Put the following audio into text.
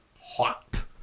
hot